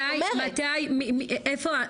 איפה,